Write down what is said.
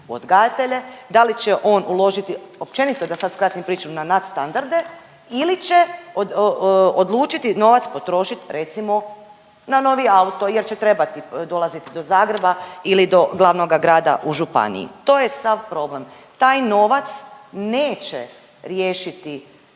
odgajatelje, da li će on uložiti, općenito da sad skratim priču, na nadstandarde ili će odlučiti novac potrošiti recimo na novi auto jer će trebati dolaziti do Zagreba ili do glavnoga grada u županiji. To je sav problem. Taj novac neće riješiti